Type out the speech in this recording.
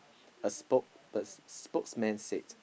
a spokeper~ spokesman said